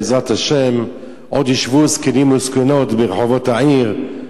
בעזרת השם, עוד ישבו זקנים וזקנות ברחובות העיר.